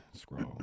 scroll